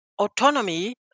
autonomy